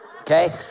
Okay